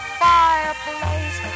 fireplace